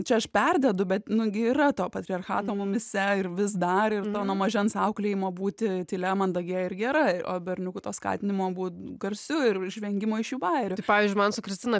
čia aš perdedu bet nu gi yra to patriarchato mumyse ir vis dar ir nuo nuo mažens auklėjimo būti tylia mandagia ir gera o berniukų to skatinimo būt garsiu ir žvengimo iš jų bajerių pavyzdžiui man su kristina